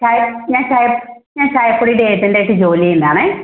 ചായ ഞാൻ ചായ ഞാൻ ചായപ്പൊടിയുടെ ഏജൻ്റായിട്ട് ജോലി ചെയ്യുന്ന ആണ്